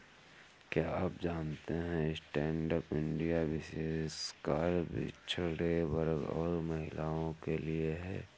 क्या आप जानते है स्टैंडअप इंडिया विशेषकर पिछड़े वर्ग और महिलाओं के लिए है?